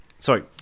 Sorry